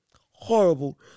horrible